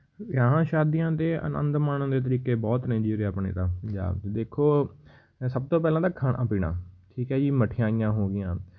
ਵਿਆਹਾਂ ਸ਼ਾਦੀਆਂ ਦੇ ਆਨੰਦ ਮਾਣਨ ਦੇ ਤਰੀਕੇ ਬਹੁਤ ਨੇ ਜੀ ਉਰੇ ਆਪਣੇ ਤਾਂ ਪੰਜਾਬ 'ਚ ਦੇਖੋ ਸਭ ਤੋਂ ਪਹਿਲਾਂ ਤਾਂ ਖਾਣਾ ਪੀਣਾ ਠੀਕ ਹੈ ਜੀ ਮਿਠਆਈਆਂ ਹੋ ਗਈਆਂ